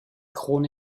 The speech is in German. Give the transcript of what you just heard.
krone